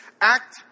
act